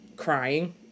crying